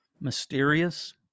mysterious